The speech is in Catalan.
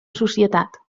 societat